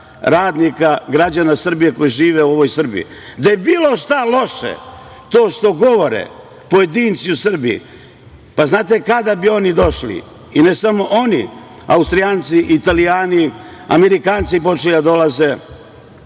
radnika, građana Srbije koji žive u ovoj Srbiji. Da je bilo šta loše, to što govore pojedinci u Srbiji, pa, znate kada bi oni došli i ne samo oni, Austrijanci, Italijani, Amerikanci počeli da dolaze